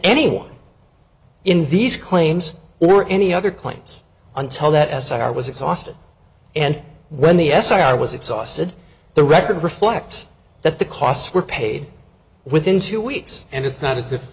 anyone in these claims or any other claims until that as i was exhausted and when the sai was exhausted the record reflects that the costs were paid within two weeks and it's not as if